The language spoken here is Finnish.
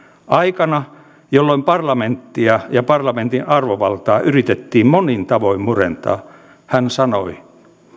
aikana jolloin parlamenttia ja parlamentin arvovaltaa yritettiin monin tavoin murentaa hän sanoi